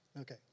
Okay